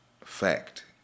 fact